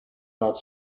not